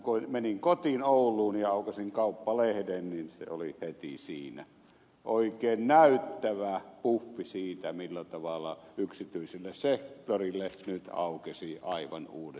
kun menin kotiin ouluun ja aukaisin kauppalehden niin se oli heti siinä oikein näyttävä puffi siitä millä tavalla yksityiselle sektorille nyt aukesivat aivan uudet mahdollisuudet